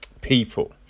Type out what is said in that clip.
people